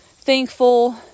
thankful